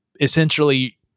Essentially